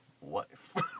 Wife